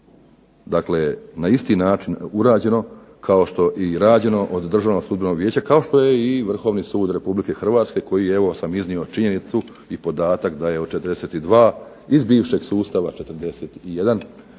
biti na isti način urađeno i rađeno od Državnog sudbenog vijeća kao što je i Vrhovni sud Republike Hrvatske koji evo iznio sam činjenicu i podatak da je od 42 iz bivšeg sustava 41